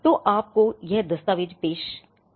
तो यह आपको ये दस्तावेज पेश करेगा